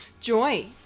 Joy